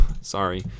sorry